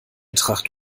tracht